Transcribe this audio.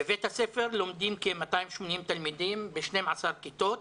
בבית הספר לומדים כ-280 תלמידים ב-12 כיתות.